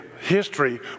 history